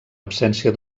absència